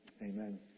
Amen